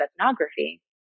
ethnography